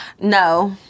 No